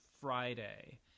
friday